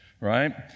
right